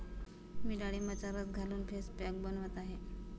मी डाळिंबाचा रस घालून फेस पॅक बनवत आहे